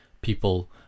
people